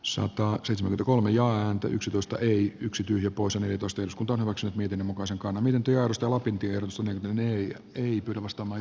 soo kaksi kolme jaa ääntä yksitoista eli yksikin lipposen edustuskuntoon havakset miten muka sekaantuminen työllistä lapintie rusanen ei ehdi pelastamaan